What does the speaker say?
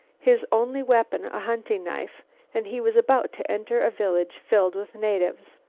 his only weapon a hunting knife and he was about to enter a village filled with natives.